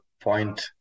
point